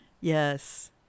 Yes